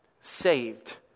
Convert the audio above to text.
saved